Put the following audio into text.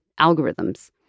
algorithms